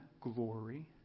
glory